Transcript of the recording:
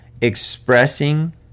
expressing